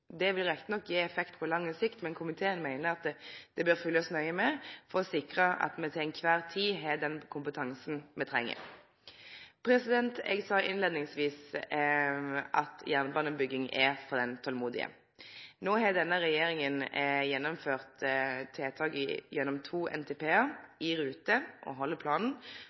Det vil rett nok gje effekt på lang sikt, men komiteen meiner at dette bør følgjast nøye for å sikre at me til kvar tid har den kompetansen me treng. Eg sa innleiingsvis at jernbanebygging er for den tolmodige. No har denne regjeringa gjennomført tiltak gjennom to NTP-ar – i rute, held planen.